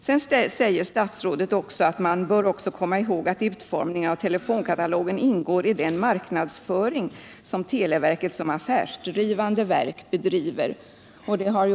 Sedan säger statsrådet att man bör komma ihåg att utformningen av telefonkatalogen ingår i den marknadsföring som televerket såsom affärsdrivande verk bedriver.